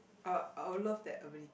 uh I will love that ability